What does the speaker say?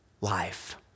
life